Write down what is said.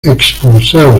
expulsar